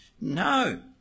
No